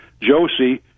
Josie